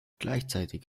gleichzeitig